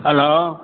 hello